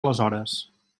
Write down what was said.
aleshores